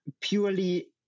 purely